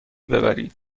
ببرید